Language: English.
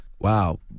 wow